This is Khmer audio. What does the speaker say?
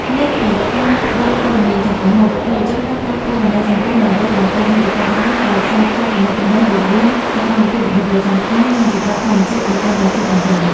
លើសពីការផ្ដល់ព័ត៌មានចំពោះមុខ យុវជនបានប្រើប្រាស់បណ្ដាញសង្គមដើម្បីបង្កើតមាតិកាអប់រំដែលផ្សារភ្ជាប់ទំនាក់ទំនងរវាងសកម្មភាពមនុស្សប្រចាំថ្ងៃ និងវិបត្តិធម្មជាតិឱ្យកាន់តែស៊ីជម្រៅ។